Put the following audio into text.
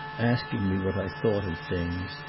asking me what i thought of things,